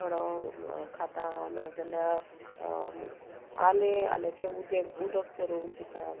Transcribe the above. थोडो खातां नाजाल्या आले आल्याचें उदेंक उदक करूंक पितां